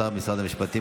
שר במשרד המשפטים,